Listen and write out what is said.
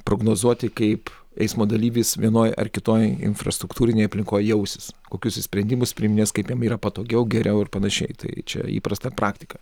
prognozuoti kaip eismo dalyvis vienoj ar kitoj infrastruktūrinėj aplinkoj jausis kokius jis sprendimus priiminės kaip jam yra patogiau geriau ir panašiai tai čia įprasta praktika